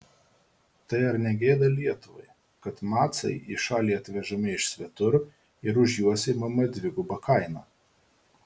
tai ar ne gėda lietuvai kad macai į šalį atvežami iš svetur ir už juos imama dviguba kaina